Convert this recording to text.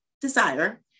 desire